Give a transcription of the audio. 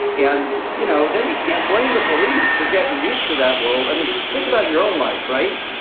and, you know, then you can't blame the police for getting used to that world. i mean, think about your own life, right?